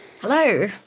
Hello